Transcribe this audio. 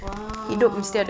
!wow!